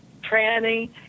tranny